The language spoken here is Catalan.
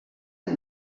amb